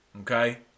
Okay